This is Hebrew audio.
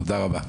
תודה רבה.